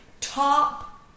top